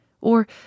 or